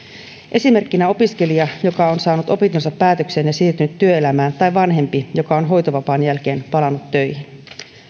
esimerkkinä opiskelija joka on saanut opintonsa päätökseen ja siirtynyt työelämään tai vanhempi joka on hoitovapaan jälkeen palannut töihin